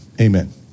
amen